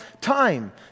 time